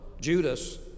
Judas